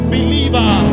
Believer